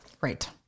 Right